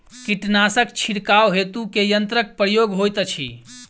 कीटनासक छिड़काव हेतु केँ यंत्रक प्रयोग होइत अछि?